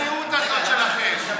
מה הצביעות הזאת שלכם?